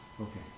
Okay